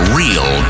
real